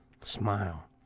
smile